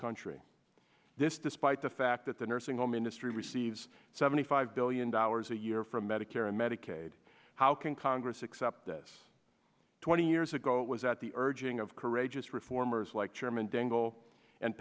country this despite the fact that the nursing home industry receives seventy five billion dollars a year from medicare and medicaid how can congress accept this twenty years ago it was at the urging of courageous reformers like chairman dangle and